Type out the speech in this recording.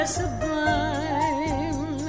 sublime